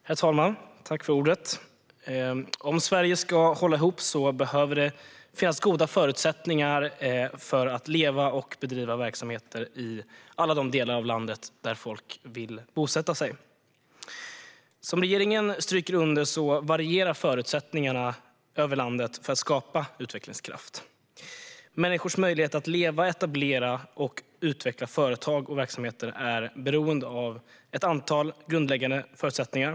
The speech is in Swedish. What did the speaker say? Herr talman! Om Sverige ska hålla ihop behöver det finnas goda förutsättningar för att leva och bedriva verksamhet i alla de delar av landet där folk vill bosätta sig. Som regeringen stryker under varierar förutsättningarna över landet för att skapa utvecklingskraft. Människors möjlighet att leva och att etablera och utveckla företag och verksamheter är beroende av ett antal grundläggande förutsättningar.